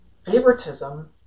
Favoritism